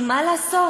כי מה לעשות?